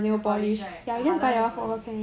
nail polish right the halal nail polish